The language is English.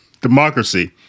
democracy